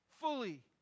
fully